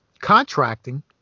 contracting